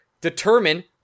determine –